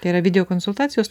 tai yra video konsultacijos